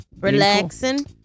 Relaxing